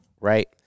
right